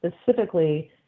specifically